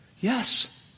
Yes